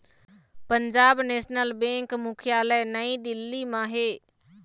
Punjab National Bank मुख्यालय नई दिल्ली म हे